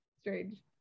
strange